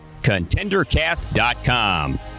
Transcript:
ContenderCast.com